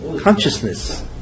Consciousness